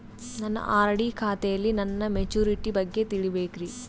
ನನ್ನ ಆರ್.ಡಿ ಖಾತೆಯಲ್ಲಿ ನನ್ನ ಮೆಚುರಿಟಿ ಬಗ್ಗೆ ತಿಳಿಬೇಕ್ರಿ